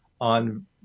on